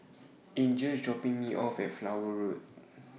Angel IS dropping Me off At Flower Road